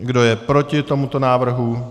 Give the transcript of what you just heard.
Kdo je proti tomuto návrhu?